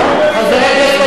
חבר הכנסת מגלי,